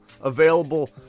available